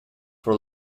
for